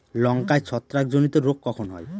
লঙ্কায় ছত্রাক জনিত রোগ কখন হয়?